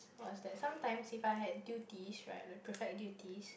was that sometimes if I have duties right the prefect duties